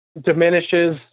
diminishes